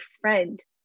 friend